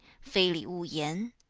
fei li wu yan,